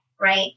right